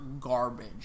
garbage